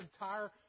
entire